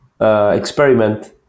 Experiment